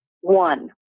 One